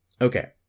Okay